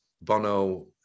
Bono